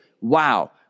Wow